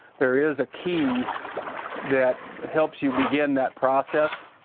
there is a key that helps you begin that process.